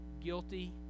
guilty